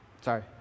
Sorry